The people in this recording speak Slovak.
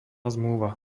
zmluva